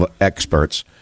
experts